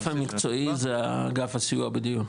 ה- -- האגף המקצועי זה האגף הסיוע בדיור,